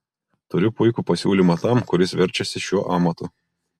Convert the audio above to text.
turiu puikų pasiūlymą tam kuris verčiasi šiuo amatu